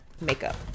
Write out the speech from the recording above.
makeup